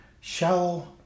shallow